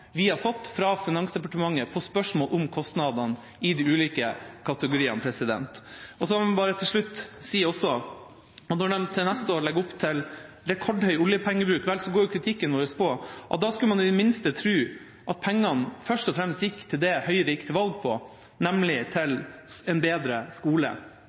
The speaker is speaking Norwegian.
vi har fått fra Finansdepartementet på spørsmål om kostnadene i de ulike kategoriene. Så må jeg til slutt også si at når de til neste år legger opp til en rekordhøy oljepengebruk, skulle man i det minste tro at pengene først og fremst gikk til det Høyre gikk til valg på, nemlig en bedre skole.